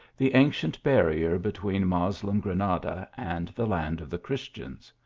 the ancient barrier between moslem granada and the land of the christians.